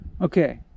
Okay